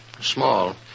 Small